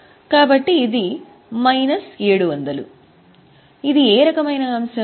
కాబట్టి ఇది మైనస్ 700 ఇది ఏ రకమైన అంశం